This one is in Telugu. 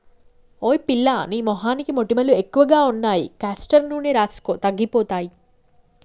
ఓయ్ పిల్లా నీ మొహానికి మొటిమలు ఎక్కువగా ఉన్నాయి కాస్టర్ నూనె రాసుకో తగ్గిపోతాయి